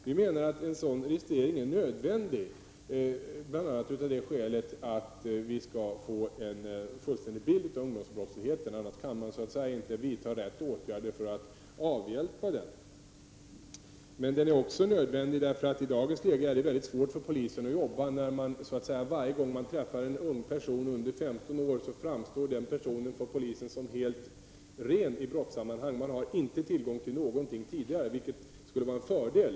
Vi menar att en sådan registrering är nödvändig, bl.a. för att vi skall kunna få en fullständig bild av ungdomsbrottsligheten. Annars kan man så att säga inte vidta rätt åtgärder för att avhjälpa den. Denna registrering är också nödvändig av den anledningen att det i dagens läge är väldigt svårt för polisen att arbeta, eftersom varje person under 15 år som de träffar i brottssammanhang för dem framstår som helt ”ren”. Polisen har inte sedan tidigare tillgång till uppgifter på denna person, något som skulle vara en fördel.